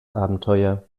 abenteuer